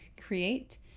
create